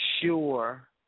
sure